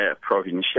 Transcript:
provincial